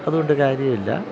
അതുകൊണ്ട് കാര്യമില്ല